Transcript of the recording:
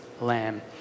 lamb